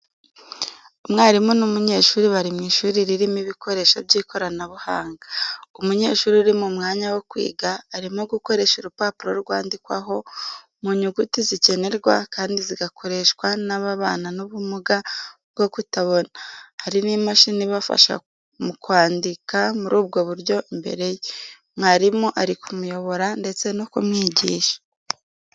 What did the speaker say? Umwarimu n’umunyeshuri bari mu ishuri ririmo ibikoresho by’ikoranabuhanga. Umunyeshuri uri mu mwanya wo kwiga, arimo gukoresha urupapuro rwandikwaho mu nyuguti zikenerwa kandi zigakoreshwa n’ababana n’ubumuga bwo kutabona. Hari n’imashini ibafasha mu kwandika muri ubwo buryo imbere ye, mwarimu ari kumuyobora ndetse no kumwigisha.